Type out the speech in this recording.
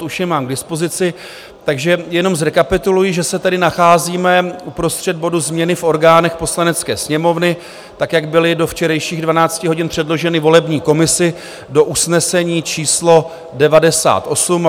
Už je mám k dispozici, takže jenom zrekapituluji, že se tedy nacházíme uprostřed bodu Změny v orgánech Poslanecké sněmovny, tak jak byly do včerejších 12 hodin předloženy volební komisi do usnesení číslo 98.